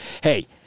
hey